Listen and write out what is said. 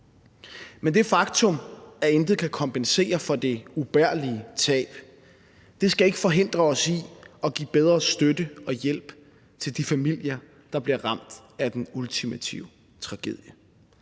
Men det faktum, at intet kan kompensere for det ubærlige tab, skal ikke forhindre os i at give bedre støtte og hjælp til de familier, der bliver ramt af den ultimative tragedie.